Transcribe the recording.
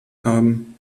haben